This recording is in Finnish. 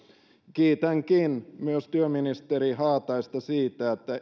kiitänkin myös työministeri haataista siitä